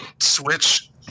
switch